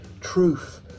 Truth